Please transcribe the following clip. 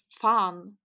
fun